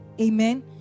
Amen